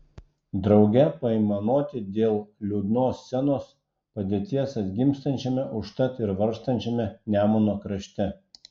drauge paaimanuoti dėl liūdnos scenos padėties atgimstančiame užtat ir vargstančiame nemuno krašte